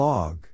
Log